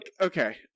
Okay